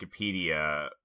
wikipedia